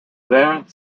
während